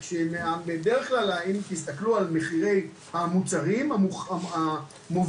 בדרך כלל אם תסתכלו על מחירי המוצרים המובילים,